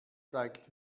zeigt